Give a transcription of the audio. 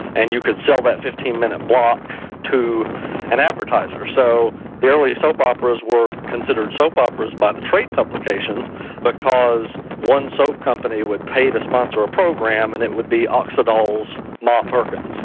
and you could sell that fifteen minute block to an advertiser. so the early soap operas were considered soap operas by the trade publications because one soap company would pay to sponsor a program, and it would by oxydol's ma perkins,